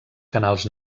canals